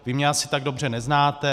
Vy mě asi tak dobře neznáte.